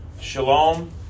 Shalom